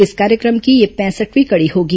इस कार्य क्र म की यह पैंसठवीं कड़ी होगी